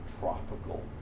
tropical